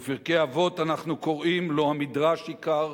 ובפרקי אבות אנחנו קוראים: "לא המדרש עיקר